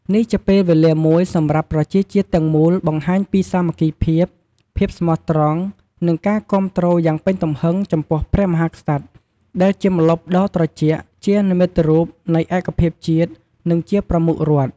នេះជាពេលវេលាមួយសម្រាប់ប្រជាជាតិទាំងមូលបង្ហាញពី សាមគ្គីភាព ភាពស្មោះត្រង់ និងការគាំទ្រយ៉ាងពេញទំហឹងចំពោះ ព្រះមហាក្សត្រដែលជាម្លប់ដ៏ត្រជាក់ ជានិមិត្តរូបនៃឯកភាពជាតិ និងជាព្រះប្រមុខរដ្ឋ។។